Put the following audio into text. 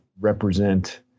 represent